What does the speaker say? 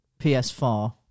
PS4